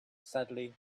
sadly